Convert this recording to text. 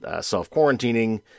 self-quarantining